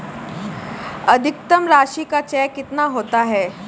अधिकतम राशि का चेक कितना होता है?